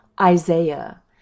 Isaiah